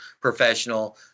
professional